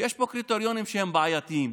שיש פה קריטריונים שהם בעייתיים.